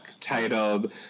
titled